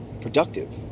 productive